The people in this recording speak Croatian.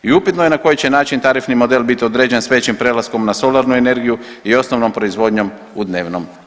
I upitno je na koji će način tarifni model biti određen s većim prelaskom na solarnu energiju i osnovnom proizvodnjom u dnevnom